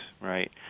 right